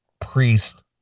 Priest